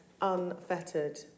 unfettered